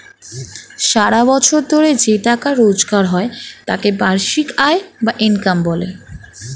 সারা বছর ধরে যে টাকা রোজগার হয় তাকে বার্ষিক আয় বা ইনকাম বলে